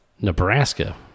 Nebraska